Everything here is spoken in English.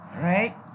right